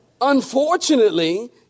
Unfortunately